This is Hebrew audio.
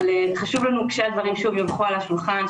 חשוב לנו שכאשר הדברים שוב יונחו על השולחן,